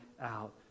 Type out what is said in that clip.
out